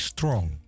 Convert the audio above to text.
Strong